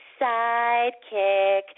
sidekick